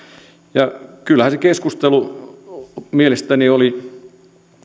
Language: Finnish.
ja kyllähän keskustelu mielestäni oli